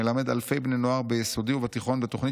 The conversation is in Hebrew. מלמד אלפי בני נוער ביסודי ובתיכון בתוכנית